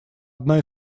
одна